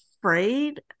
afraid